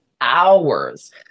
hours